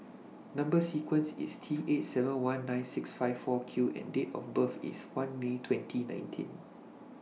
Number sequence IS T eight seven one nine six five four Q and Date of birth IS one May twenty nineteen